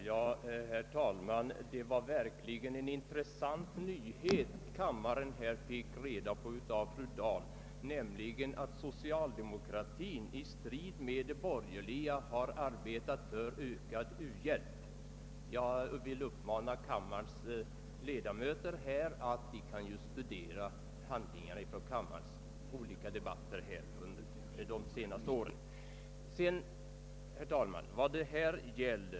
Herr talman! Det var verkligen en intressant nyhet kammaren fick reda på av fru Dahl, nämligen att socialdemokratin »i strid med de borgerliga» har arbetat för ökad u-hjälp. Jag vill uppmana kammarens ledamöter att studera protokollen från kammarens debatter under de senaste åren, där lämnas helt andra besked.